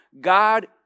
God